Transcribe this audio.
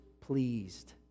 pleased